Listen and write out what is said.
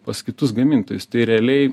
pas kitus gamintojus tai realiai